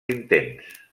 intents